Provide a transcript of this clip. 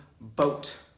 boat